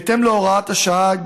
בהתאם להוראת השעה,